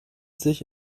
sich